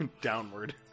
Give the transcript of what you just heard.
downward